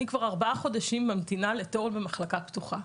אני כבר ארבעה חודשים ממתינה לתור במחלקה פתוחה.